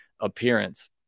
appearance